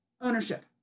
Ownership